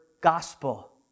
gospel